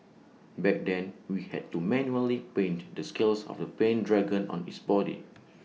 back then we had to manually paint the scales of the pain dragon on its body